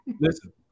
listen